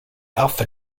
alpha